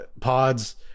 Pods